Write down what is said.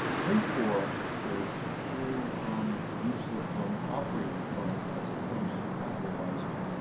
pay for it through um ah use of operating funds as opposed to capitalizing